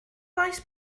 faes